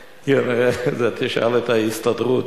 את זה תשאל את ההסתדרות,